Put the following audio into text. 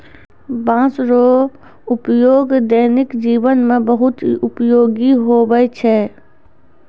बाँस रो उपयोग दैनिक जिवन मे बहुत उपयोगी हुवै छै